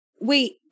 wait